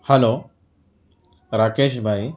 hello Rakesh بھائی